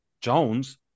Jones